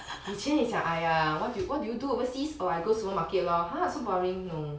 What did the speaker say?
以前你讲 !aiya! what do you what do you do overseas oh I go supermarket lor !huh! so boring